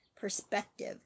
perspective